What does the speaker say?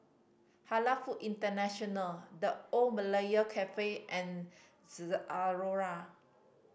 Halal Food International The Old Malaya Cafe and Zalora